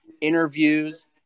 interviews